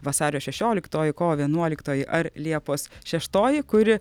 vasario šešioliktoji kovo vienuoliktoji ar liepos šeštoji kuri